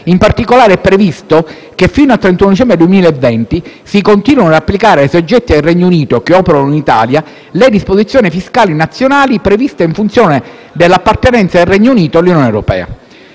In particolare, è previsto che fino al 31 dicembre 2020 si continuino ad applicare ai soggetti del Regno Unito che operano in Italia le disposizioni fiscali nazionali previste in funzione dell'appartenenza del Regno Unito all'Unione europea.